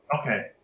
Okay